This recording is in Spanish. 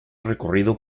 recorrido